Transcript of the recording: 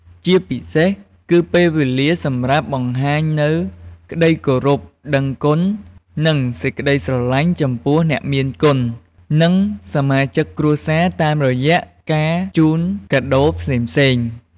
ជាពិសេសគឺពេលវេលាសម្រាប់បង្ហាញនូវក្តីគោរព ដឹងគុណ និងសេចក្តីស្រឡាញ់ចំពោះអ្នកមានគុណ និងសមាជិកគ្រួសារតាមរយៈការជូនកាដូរផ្សេងៗ។